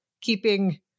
keeping